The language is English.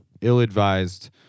ill-advised